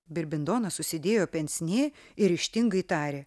birbindonas užsidėjo pensnė ir ryžtingai tarė